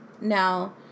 Now